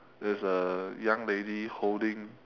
there's a young lady holding